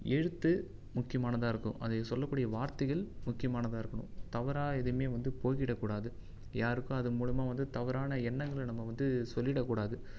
எழுத்து முக்கியமானதாக இருக்கும் அது சொல்லக்கூடிய வார்த்தைகள் முக்கியமானதாக இருக்கணும் தவறாக எதையுமே வந்து பொருந்திடக் கூடாது யாருக்கும் அது மூலமாக வந்து தவறான எண்ணங்களை நம்ம வந்து சொல்லிடக் கூடாது